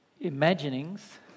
imaginings